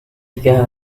tiga